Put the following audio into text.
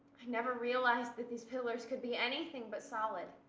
i never realized that these pillars could be anything but solid.